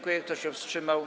Kto się wstrzymał?